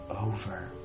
over